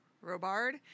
Robard